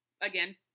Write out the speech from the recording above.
again